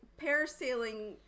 parasailing